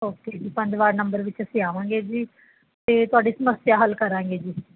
okay ਜੀ ਪੰਜ ward number ਵਿੱਚ ਅਸੀਂ ਆਵਾਂਗੇ ਜੀ ਅਤੇ ਤੁਹਾਡੀ ਸਮੱਸਿਆ ਹੱਲ ਕਰਾਂਗੇ ਜੀ